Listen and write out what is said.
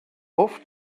oft